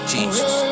Jesus